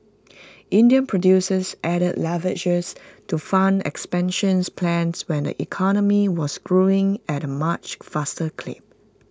Indian producers added leverages to fund expansion's plans when the economy was growing at A much faster clip